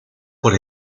por